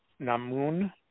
Namun